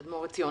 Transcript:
תדמור עציון.